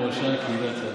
מורשה קהלת יעקב".